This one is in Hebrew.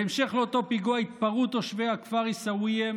בהמשך לאותו פיגוע התפרעו תושבי הכפר עיסאוויה,